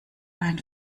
ein